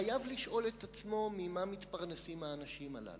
חייב לשאול את עצמו ממה מתפרנסים האנשים הללו.